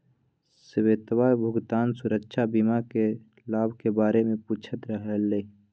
श्वेतवा भुगतान सुरक्षा बीमा के लाभ के बारे में पूछते हलय